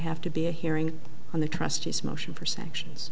have to be a hearing on the trustees motion for sanctions